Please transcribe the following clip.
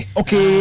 okay